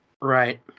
Right